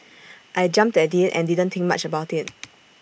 I jumped at IT and didn't think much about IT